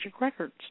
Records